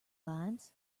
lines